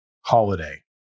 holiday